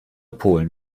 polen